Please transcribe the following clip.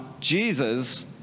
Jesus